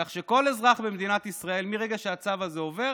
כך שכל אזרח במדינת ישראל, מרגע שהצו הזה עובר,